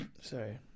sorry